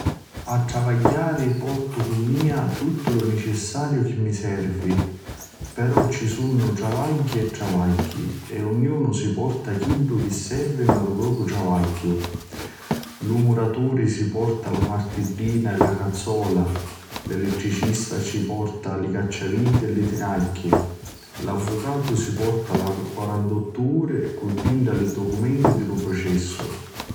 A travagghiari portu cu mia tuttu lu nicissariu chi mi servi. Però ci sunnu travagghi e travagghi e ognunu si porta chiddu chi servi nta lu propriu travagghiu: Lu muraturi si porta la martiddina e la cazzola, l'elettricista ci porta li cacciaviti e li tinagghi, l'avvucatu si porta la quarantottu uri cu dintra li documenti di lu prucessu.